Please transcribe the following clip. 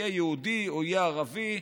יהיה יהודי או ערבי,